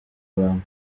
abantu